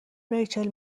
ریچل